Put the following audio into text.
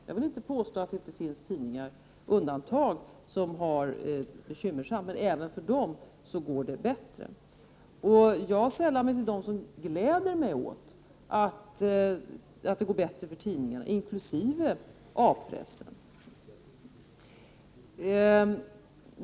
Jag vill inte påstå att det inte finns tidningar som har bekymmer, men även för dem går det bättre. Jag sällar mig till dem som gläder sig åt att det går bättre för tidningarna, inkl. A-pressen.